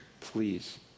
Please